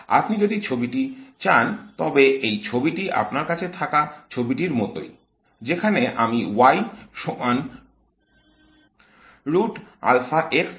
আপনি যদি ছবিটি চান তবে এই ছবিটি আপনার কাছে থাকা ছবিটির মতোই যেখানে আমি y সমান বসিয়েছি